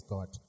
God